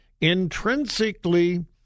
intrinsically